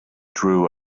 drew